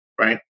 right